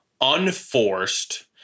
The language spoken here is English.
unforced